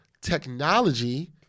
technology